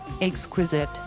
exquisite